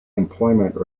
employment